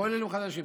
כוללים חדשים,